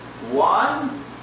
One